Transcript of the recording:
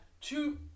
two